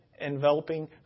enveloping